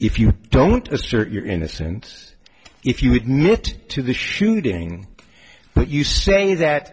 if you don't assert your innocence if you would not to the shooting but you say that